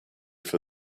for